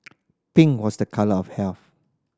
pink was the colour of health